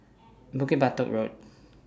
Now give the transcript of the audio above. Bukit Batok Road